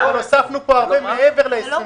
אבל הוספנו פה הרבה מעבר ל-24.